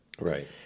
Right